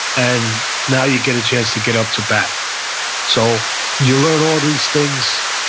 and now you get a chance to get up to bat so you learn all these things,